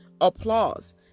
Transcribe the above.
applause